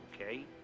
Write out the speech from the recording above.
Okay